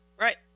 right